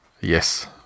Yes